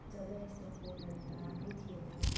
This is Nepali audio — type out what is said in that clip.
जब यस्तो फोनहरू त आएकै थिएन